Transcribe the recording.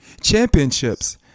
Championships